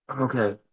okay